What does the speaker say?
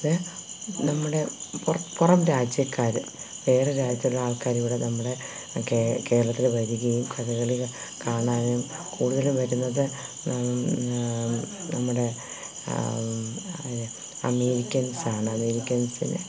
അത് നമ്മുടെ പുറ പുറം രാജ്യക്കാർ വേറെ രാജ്യത്തുള്ള ആൾക്കാർ ഇവിടെ നമ്മുടെ കേരളത്തിൽ വരികയും കഥകളി കാണാനും കൂടുതലും വരുന്നത് നമ്മുടെ അമേരിക്കൻസ് ആണ് അമേരിക്കൻസ്